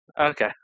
Okay